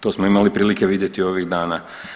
To smo imali prilike vidjeti ovih dana.